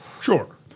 Sure